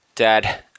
Dad